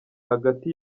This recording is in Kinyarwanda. hagati